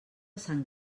sant